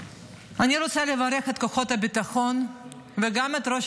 אני רוצה לברך את כוחות הביטחון וגם את ראש